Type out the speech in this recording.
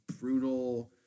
brutal